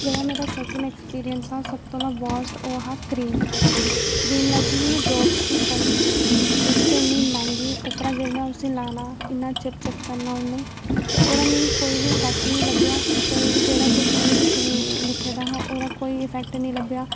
जेह्ड़ा मेरा second experience हा सब कोला वास्ट ओह् हा क्रीम दा क्रीम लैती ही में जावस दी सनस्क्रीम इक ते इन्नी मैंह्गी उप्परा जिसलै उसी लाना इन्ना चिप चिप करना उन्नै ते ओह्दा मिगी कोई बी अफैक्ट निं लब्भेआ कोई बी जेह्ड़ा किश ओह्दे पिच्छै लिखे दा हा